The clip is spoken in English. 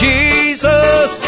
Jesus